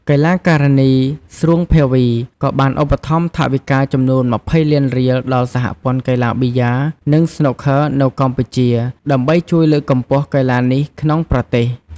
កីឡាការិនីស្រួង ភាវី ក៏បានឧបត្ថម្ភថវិកាចំនួន ២០លានរៀលដល់សហព័ន្ធកីឡាប៊ីយ៉ា និងស្នូកឃ័រនៅកម្ពុជា ដើម្បីជួយលើកកម្ពស់កីឡានេះក្នុងប្រទេស។